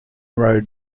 road